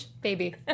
Baby